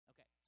Okay